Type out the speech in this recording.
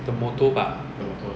the motor bah